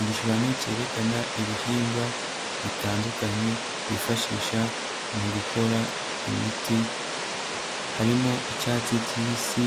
Igishushanyo cyerekana ibihingwa bitandukanye, bifashisha mu gukora imiti, harimo icyatsi kibisi,